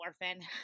orphan